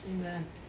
Amen